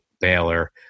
Baylor